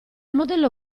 modello